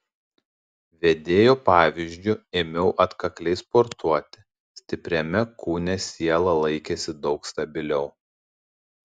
vedėjo pavyzdžiu ėmiau atkakliai sportuoti stipriame kūne siela laikėsi daug stabiliau